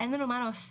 אין לנו מה להוסיף,